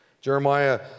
Jeremiah